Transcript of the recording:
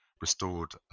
restored